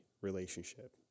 relationship